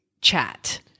chat